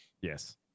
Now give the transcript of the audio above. Yes